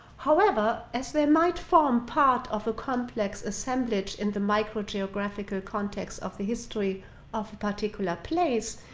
however, as they might form part of a complex assemblage in the microgeographical context of the history of a particular place,